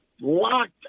locked